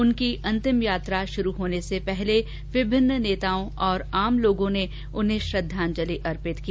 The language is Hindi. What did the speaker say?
उनकी अंतिम यात्रा शुरू होने से पहले विभिन्न नेताओं और आम लोगों ने उन्हें श्रद्वांजलि दी